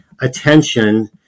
attention